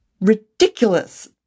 ridiculous